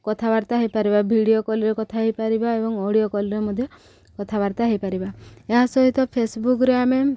କଥାବାର୍ତ୍ତା ହେଇପାରିବା ଭିଡ଼ିଓ କଲ୍ରେ କଥା ହେଇପାରିବା ଏବଂ ଅଡ଼ିଓ କଲ୍ରେ ମଧ୍ୟ କଥାବାର୍ତ୍ତା ହେଇପାରିବା ଏହା ସହିତ ଫେସବୁକ୍ରେ ଆମେ